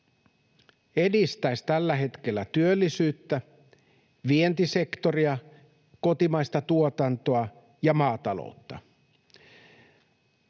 edistäisi tällä hetkellä työllisyyttä, vientisektoria, kotimaista tuotantoa ja maataloutta.